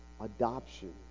adoption